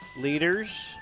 Leaders